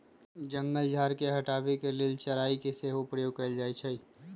जंगल झार के हटाबे के लेल चराई के सेहो प्रयोग कएल जाइ छइ